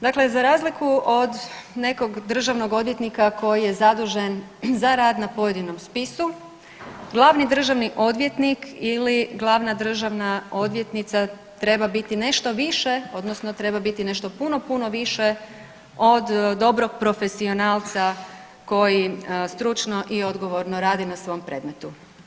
Dakle, za razliku od nekog državnog odvjetnika koji je zadužen za rad na pojedinom spisu glavni državni odvjetnik ili glavna državna odvjetnica treba biti nešto više odnosno treba biti nešto puno, puno više od dobrog profesionalca koji stručno i odgovorno radi na svom predmetu.